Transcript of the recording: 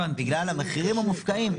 בגלל המחירים המופקעים.